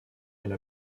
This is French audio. elle